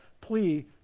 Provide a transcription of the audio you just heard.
plea